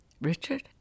Richard